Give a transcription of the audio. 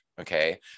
okay